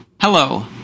hello